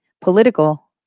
political